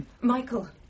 Michael